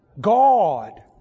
God